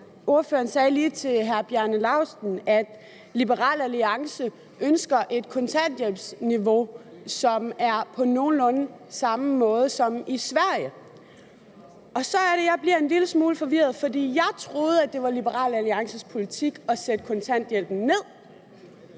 ordføreren lige sagde til hr. Bjarne Laustsen, at Liberal Alliance ønsker et kontanthjælpsniveau, som er på nogenlunde samme måde som i Sverige. Så er det, jeg bliver en lille smule forvirret, for jeg troede, at det var Liberal Alliances politik at sætte kontanthjælpen ned.